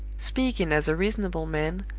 speaking as a reasonable man,